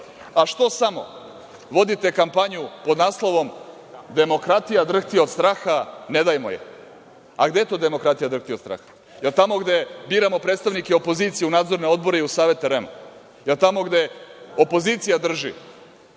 A što samo vodite kampanju pod naslovom – demokratija, drhti od straha, ne dajmo je.A, gde to demokratija drhti od straha? Jel tamo gde biramo predstavnike opozicije u nadzorne odbore i u Savet REM? Jel tamo gde opozicija drži